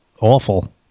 Awful